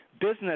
business